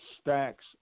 stacks